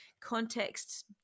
context